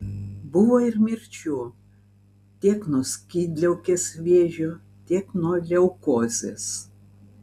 buvo ir mirčių tiek nuo skydliaukės vėžio tiek nuo leukozės